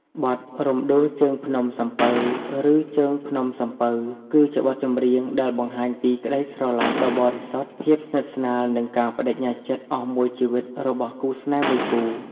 បទ រំដួលជើងភ្នំសំពៅ ឬ ជើងភ្នំសំពៅ គឺជាបទចម្រៀងដែលបង្ហាញពីក្តីស្រឡាញ់ដ៏បរិសុទ្ធ ភាពស្និទ្ធស្នាល និងការប្តេជ្ញាចិត្តអស់មួយជីវិតរបស់គូស្នេហ៍មួយគូ។